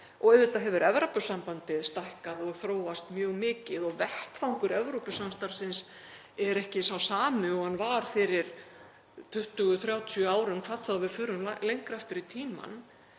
og auðvitað hefur Evrópusambandið stækkað og þróast mjög mikið og vettvangur Evrópusamstarfsins er ekki sá sami og hann var fyrir 20, 30 árum, hvað þá ef við förum lengra aftur í tímann.